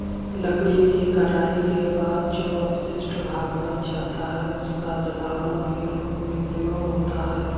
लकड़ी के कटाई के बाद जो अवशिष्ट भाग बच जाता है, उसका जलावन के रूप में प्रयोग होता है